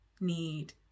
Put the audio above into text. need